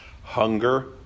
hunger